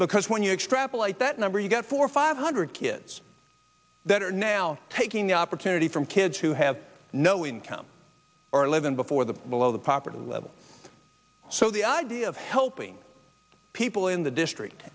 because when you extrapolate that number you've got four or five hundred kids that are now taking the opportunity from kids who have no income or live in before the below the poverty level so the idea of helping people in the district